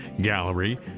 gallery